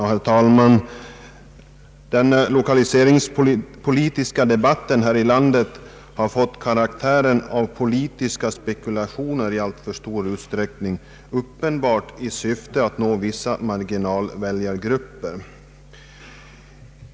Herr talman! Den lokaliseringspolitiska debatten här i landet har fått karaktären av politiska spekulationer i alltför stor utsträckning, uppenbarligen i syfte att nå vissa marginalväljargrupper.